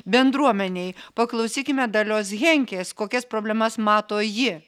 bendruomenei paklausykime dalios henkės kokias problemas mato ji